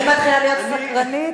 אני מתחילה להיות סקרנית.